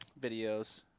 videos